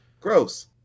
Gross